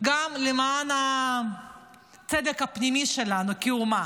גם למען הצדק הפנימי שלנו כאומה.